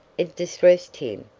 it distressed him,